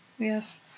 Yes